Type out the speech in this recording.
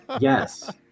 yes